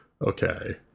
okay